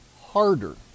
harder